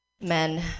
men